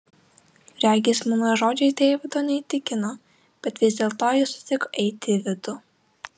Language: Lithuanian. regis mano žodžiai deivido neįtikino bet vis dėlto jis sutiko eiti į vidų